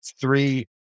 three